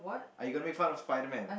are you going to make fun of Spiderman